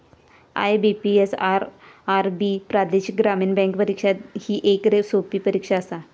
IBPS, RRB प्रादेशिक ग्रामीण bank परीक्षा ही येक सोपी परीक्षा आसा